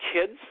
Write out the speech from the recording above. kids –